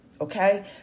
Okay